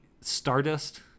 Stardust